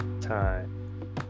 time